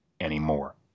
anymore